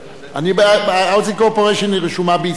"Housing Council Corporation" "Housing Corporation" רשומה בישראל.